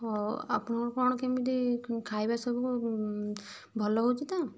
ହଉ ଆପଣଙ୍କର କଣ କେମିତି ଖାଇବା ସବୁ ଭଲ ହେଉଛି ତ